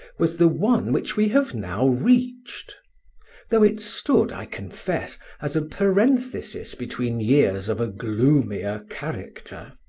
was the one which we have now reached though it stood, i confess, as a parenthesis between years of a gloomier character.